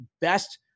best